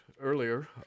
earlier